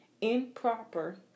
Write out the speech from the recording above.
improper